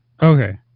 Okay